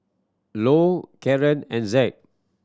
low Kieran and Zed